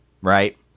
right